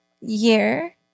year